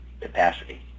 capacity